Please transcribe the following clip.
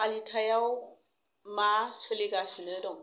फालिथायाव मा सोलिगासिनो दं